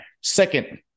Second